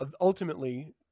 Ultimately